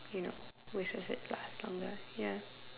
you know we should have said last longer ya